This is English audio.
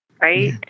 right